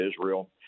Israel